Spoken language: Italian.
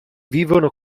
vivono